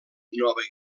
nova